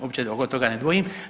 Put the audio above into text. Uopće oko toga ne dvojim.